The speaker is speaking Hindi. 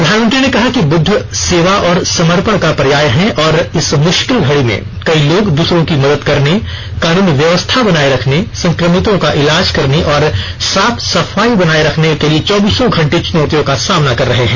प्रधानमंत्री ने कहा कि बुद्ध सेवा और समर्पण का पर्याय हैं और इस मुश्किल घड़ी में कई लोग दूसरों की मदद करने कानून व्यवस्था बनाये रखने संक्रमितों का इलाज करने और साफ सफाई बनाये रखने के लिए चौबीसो घंटे चुनौतियों का सामना कर रहे हैं